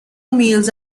meals